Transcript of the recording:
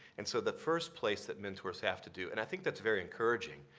and so the first place that mentors have to do and i think that's very encouraging,